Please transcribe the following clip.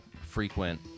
frequent